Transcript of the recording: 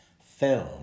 film